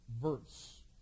verse